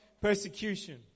Persecution